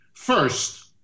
First